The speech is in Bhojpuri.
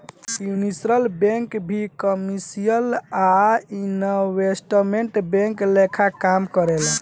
यूनिवर्सल बैंक भी कमर्शियल आ इन्वेस्टमेंट बैंक लेखा काम करेले